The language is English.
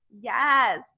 Yes